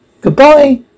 Goodbye